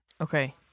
Okay